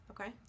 Okay